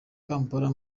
kampala